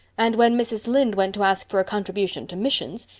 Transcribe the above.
and when mrs. lynde went to ask for a contribution to missions.